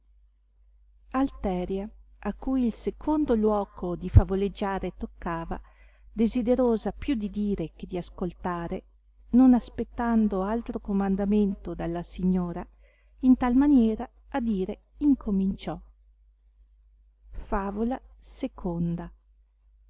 ed a cui il secóndo luoco di favoleggiare toccava desiderosa più di dire che di ascoltare non aspettando altro comandamento dalla signora in tal maniera a dire incominciò favola ii